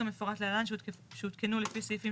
תקנות כמפורט להלן שהותקנו לפי סעיפים